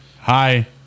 hi